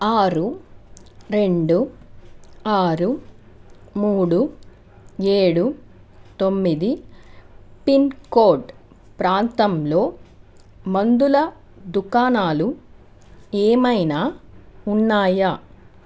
ఆరు రెండు ఆరు మూడు ఏడు తొమ్మిది పిన్ కోడ్ ప్రాంతంలో మందుల దుకాణాలు ఏమైనా ఉన్నాయా